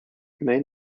main